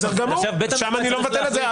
בסדר גמור, ושם אני לא מבטל את זה.